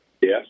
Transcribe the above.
Yes